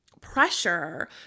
pressure